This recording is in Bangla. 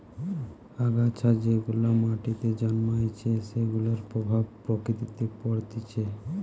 আগাছা যেগুলা মাটিতে জন্মাইছে সেগুলার প্রভাব প্রকৃতিতে পরতিছে